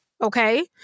Okay